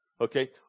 okay